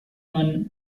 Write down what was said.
one